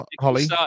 Holly